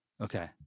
Okay